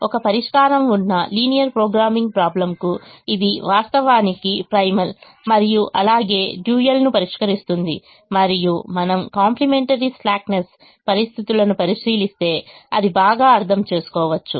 ఒకే పరిష్కారం ఉన్న linear programming problem కు ఇది వాస్తవానికి ప్రైమల్ మరియు అలాగే డ్యూయల్ను పరిష్కరిస్తుంది మరియు మనము కాంప్లిమెంటరీ స్లాక్నెస్ పరిస్థితులను పరిశీలిస్తే అది బాగా అర్థం చేసుకోవచ్చు